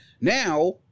now